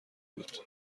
بود